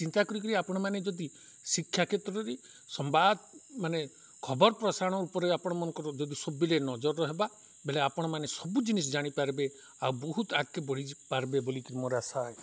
ଚିନ୍ତା କରିକିରି ଆପଣମାନେ ଯଦି ଶିକ୍ଷା କ୍ଷେତ୍ରରେ ସମ୍ବାଦ ମାନେ ଖବର ପ୍ରସାରଣ ଉପରେ ଆପଣ ମାନଙ୍କର ଯଦି ସବୁଲେ ନଜର ହେବା ବଲେ ଆପଣମାନେ ସବୁ ଜିନିଷ ଜାଣିପାରିବେ ଆଉ ବହୁତ ଆଗକେ ବଢ଼ିପାରବେ ବୋଲିକି ମୋର ଆଶା